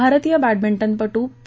भारतीय बॅडमिंटनपटू पी